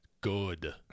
Good